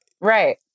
Right